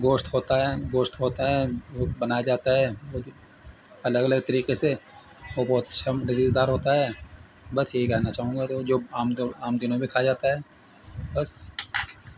گوشت ہوتا ہے گوشت ہوتا ہے وہ بنایا جاتا ہے وہ الگ الگ طریقے سے وہ بہت اچھا مزے دار ہوتا ہے بس یہی کہنا چاہوں گا تو جو عام عام دنوں میں کھا جاتا ہے بس